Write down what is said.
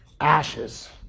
ashes